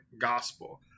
gospel